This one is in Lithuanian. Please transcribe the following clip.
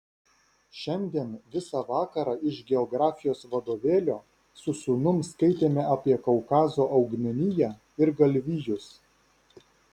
šiandien visą vakarą iš geografijos vadovėlio su sūnum skaitėme apie kaukazo augmeniją ir galvijus